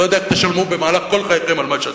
אני לא יודע איך תשלמו במהלך כל חייכם על מה שעשיתם.